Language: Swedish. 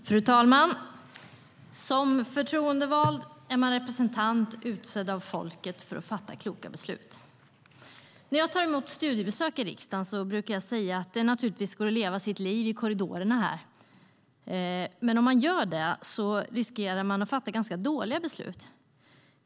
Fru talman! Som förtroendevald är man representant för och utsedd av folket för att fatta kloka beslut. När jag tar emot studiebesök i riksdagen brukar jag säga att det naturligtvis går att leva sitt liv i korridorerna här, men om man bara gör det riskerar man att fatta ganska dåliga beslut.